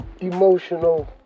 emotional